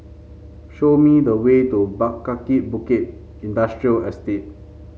show me the way to Kaki Bukit Industrial Estate